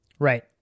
Right